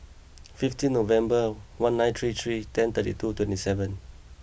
fifteen November one nine three three ten thirty two twenty seven